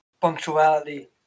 punctuality